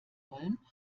wollen